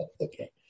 Okay